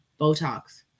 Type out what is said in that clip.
Botox